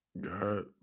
god